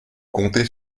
comptez